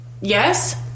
Yes